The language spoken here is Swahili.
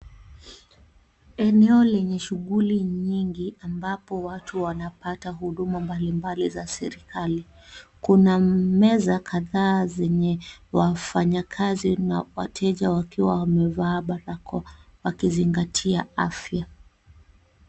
Eneo lenye shughuli nyingi ambapo watu wanapata huduma mbalimbali za serikali. Kuna meza kadhaa zenye wafanyakazi na wateja wakiwa wamevaa barakoa wakizingatia afya.